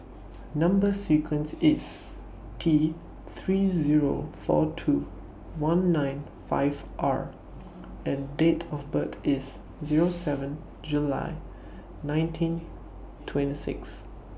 Number sequence IS T three Zero four two one nine five R and Date of birth IS Zero seven July nineteen twenty six